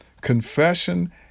confession